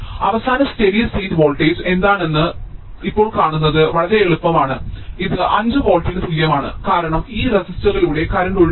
അവസാന steady state voltage എന്താണെന്ന് ഇപ്പോൾ കാണുന്നത് വളരെ എളുപ്പമാണ് ഇത് 5 വോൾട്ടിന് തുല്യമാണ് കാരണം ഈ റെസിസ്റ്ററിലൂടെ കറന്റ് ഒഴുകുന്നില്ല